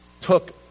took